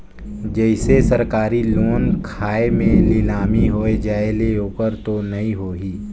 जैसे सरकारी लोन खाय मे नीलामी हो जायेल ओकर तो नइ होही?